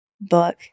book